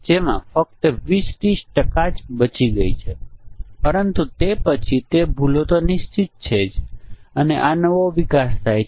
તેથી પરીક્ષણના કેસો પેદા કરવા માટે આ જાતે લખેલ અલ્ગોરિધમ છે